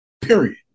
Period